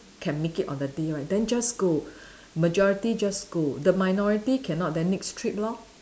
can make it on the day right then just go majority just go the minority cannot then next trip lor